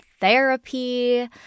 therapy